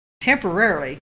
temporarily